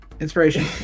Inspiration